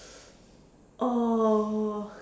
uh